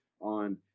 on